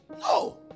No